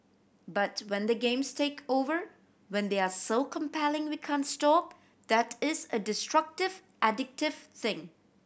but when the games take over when they are so compelling we can't stop that is a destructive addictive thing